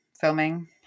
filming